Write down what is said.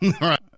right